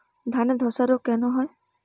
ধানে ধসা রোগ কেন হয়?